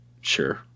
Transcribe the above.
Sure